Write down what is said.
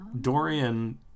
dorian